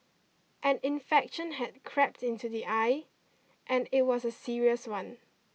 an infection had crept into the eye and it was a serious one